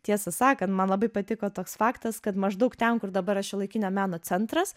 tiesą sakant man labai patiko toks faktas kad maždaug ten kur dabar yra šiuolaikinio meno centras